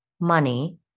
money